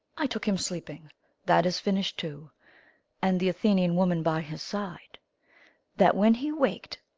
i took him sleeping that is finish'd too and the athenian woman by his side that, when he wak'd,